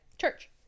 church